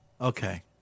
Okay